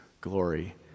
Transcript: glory